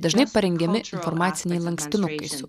dažnai parengiami informaciniai lankstinukai su